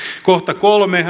kohta kolme